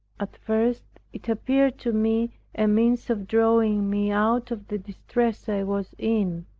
at first it appeared to me a means of drawing me out of the distress i was in.